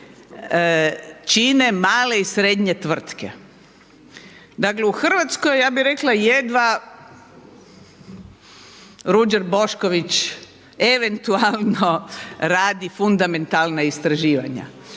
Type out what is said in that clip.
čine male i srednje tvrtke. Dakle u Hrvatskoj ja bih rekla jedva Ruđer Bošković eventualno radi fundamentalna istraživanja,